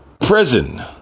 prison